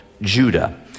Judah